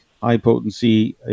high-potency